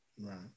Right